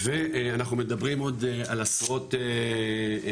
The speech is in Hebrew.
ואנחנו מדברים עוד על עשרות משק"ים,